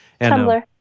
Tumblr